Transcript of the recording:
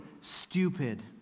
stupid